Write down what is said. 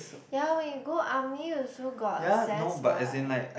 ya when you go army also got assess what